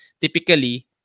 typically